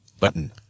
Button